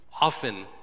Often